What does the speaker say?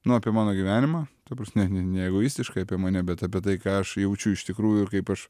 nuo apie mano gyvenimą ta prasme neegoistiškai apie mane bet apie tai ką aš jaučiu iš tikrųjų ir kaip aš